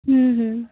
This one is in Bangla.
হুম হুম